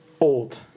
old